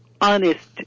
honest